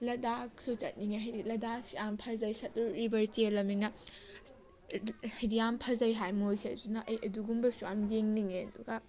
ꯂꯗꯥꯛꯁꯨ ꯆꯠꯅꯤꯡꯉꯤ ꯍꯥꯏꯗꯤ ꯂꯗꯥꯛꯁꯤ ꯌꯥꯝ ꯐꯖꯩ ꯁꯠꯂꯨꯁ ꯔꯤꯕꯔ ꯆꯦꯜꯂꯝꯅꯤꯅ ꯍꯥꯏꯗꯤ ꯌꯥꯝ ꯐꯖꯩ ꯍꯥꯏ ꯃꯣꯏꯁꯦ ꯑꯗꯨꯅ ꯑꯩ ꯑꯗꯨꯒꯝꯕꯁꯨ ꯌꯥꯝ ꯌꯦꯡꯅꯤꯡꯏ ꯑꯗꯨꯒ